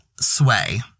Sway